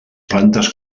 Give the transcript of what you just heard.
plantes